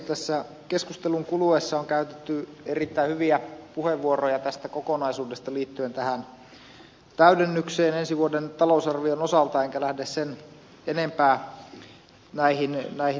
tässä keskustelun kuluessa on käytetty erittäin hyviä puheenvuoroja tästä kokonaisuudesta liittyen tähän täydennykseen ensi vuoden talousarvion osalta enkä lähde sen enempää näihin ottamaan kantaa